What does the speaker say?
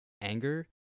anger